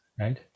right